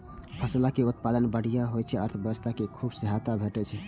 फसलक उत्पादन बढ़िया होइ सं अर्थव्यवस्था कें खूब सहायता भेटै छै